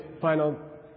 final